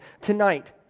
Tonight